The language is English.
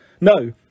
No